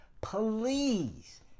please